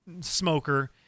smoker